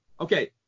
Okay